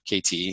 KT